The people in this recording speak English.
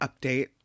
update